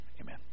amen